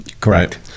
Correct